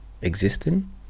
existing